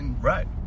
Right